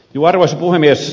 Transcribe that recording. arvoisa puhemies